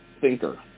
thinker